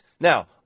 now